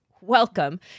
welcome